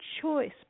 choice